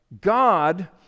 God